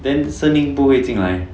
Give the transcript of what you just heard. then 声音不会进来